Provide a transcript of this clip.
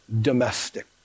domestic